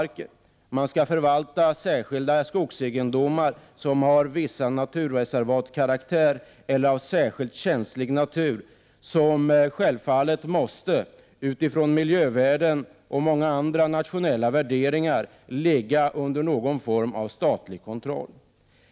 Domänverket skall förvalta skogsegendomar som har karaktär av naturreservat eller är särskilt känsliga, områden som självfallet, utifrån miljövärden och många andra nationella värderingar, bör ligga under någon form av statlig kontroll.